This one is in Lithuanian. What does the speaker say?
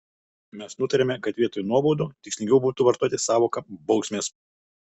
mes nutarėme kad vietoj nuobaudų tikslingiau būtų vartoti sąvoką bausmės